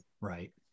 Right